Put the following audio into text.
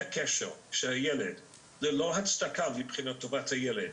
קשר עם הילד ללא הצדקה מבחינת טובת הילד,